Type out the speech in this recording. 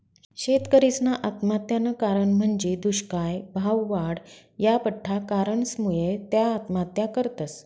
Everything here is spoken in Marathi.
शेतकरीसना आत्महत्यानं कारण म्हंजी दुष्काय, भाववाढ, या बठ्ठा कारणसमुये त्या आत्महत्या करतस